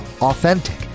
authentic